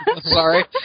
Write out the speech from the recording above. Sorry